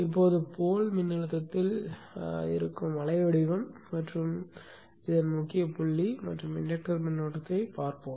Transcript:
இப்போது போல் மின்னழுத்தத்தில் இருக்கும் அலை வடிவம் மற்றும் முக்கிய புள்ளி மற்றும் இன்டக்டர் மின்னோட்டத்தைப் பார்ப்போம்